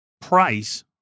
price